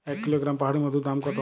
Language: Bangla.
এক কিলোগ্রাম পাহাড়ী মধুর দাম কত?